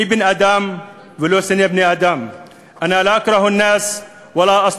אני בן-אדם, ולא שונא בני-אדם (אומר בערבית: